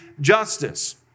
justice